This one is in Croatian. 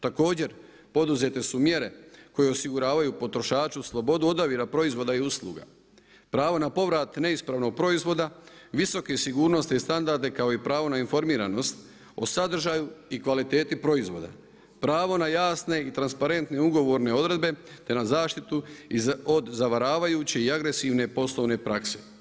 Također poduzete su mjere koje osiguravaju potrošaču slobodu odabira proizvoda i usluga, pravo na povrat neispravnog proizvoda, visoke sigurnosti i standarde kao i pravo na informiranost o sadržaju i kvaliteti proizvoda, pravo na jasne i transparentne ugovorne odredbe te na zaštitu od zavaravajuće i agresivne poslovne prakse.